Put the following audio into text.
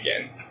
again